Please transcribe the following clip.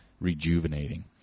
rejuvenating